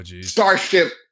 Starship